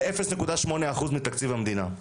זה 0.8% מתקציב המדינה.